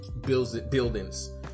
buildings